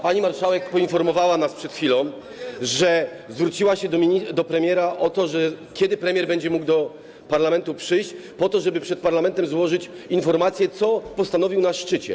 Pani marszałek poinformowała nas przed chwilą, że zwróciła się do premiera o to, kiedy premier będzie mógł do parlamentu przyjść, po to żeby przed parlamentem złożyć informację, co postanowił na szczycie.